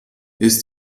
ist